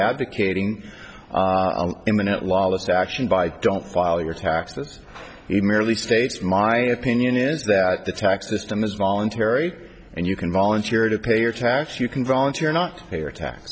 advocating imminent lawless action by don't file your taxes he merely states my opinion is that the tax system is voluntary and you can volunteer to pay your tax you can volunteer not pay your